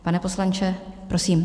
Pane poslanče, prosím.